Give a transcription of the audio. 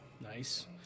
Nice